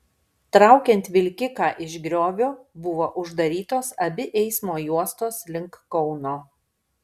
traukiant vilkiką iš griovio buvo uždarytos abi eismo juostos link kauno